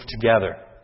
together